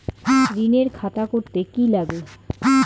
ঋণের খাতা করতে কি লাগে?